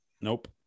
Nope